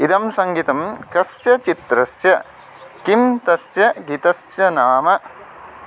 इदं सङ्गितं कस्य चित्रस्य किं तस्य गीतस्य नाम